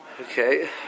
Okay